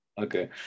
Okay